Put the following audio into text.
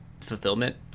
fulfillment